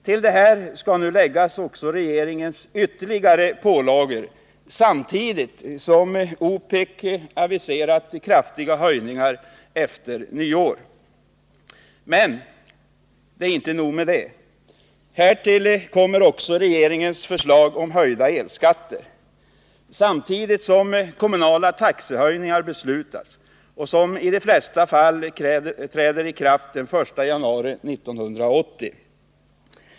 Till detta skall nu läggas regeringens ytterligare pålagor, samtidigt som OPEC aviserat kraftiga höjningar efter nyår. Men det är inte nog med detta, utan härtill kommer regeringens förslag om höjda elskatter, samtidigt som kommunala taxehöjningar beslutats, vilka i de flesta fall träder i kraft den 1 januari 1980.